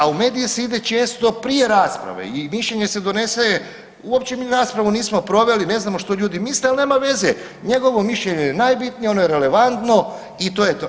A u medije se ide često prije rasprave i mišljenje se donese uopće mi raspravu nismo proveli ne znamo što ljudi misle, ali nema veze, njegovo mišljenje je najbitnije ono je relevantno i to je to.